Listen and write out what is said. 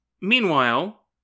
Meanwhile